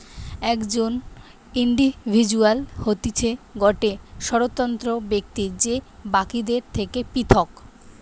একজন ইন্ডিভিজুয়াল হতিছে গটে স্বতন্ত্র ব্যক্তি যে বাকিদের থেকে পৃথক